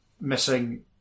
missing